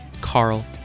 Carl